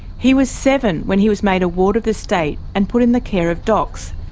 he was seven when he was made a ward of the state and put in the care of docs,